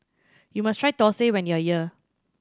you must try thosai when you are here